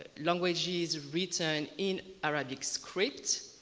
ah languages written in arabic script.